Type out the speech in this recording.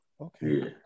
Okay